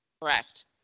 Correct